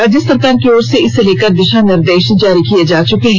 राज्य सरकार की ओर से इसे लेकर दिशा निर्देश जारी किया जा चुका है